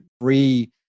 free